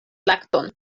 lakton